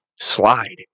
slide